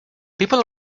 people